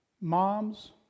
Moms